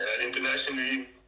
Internationally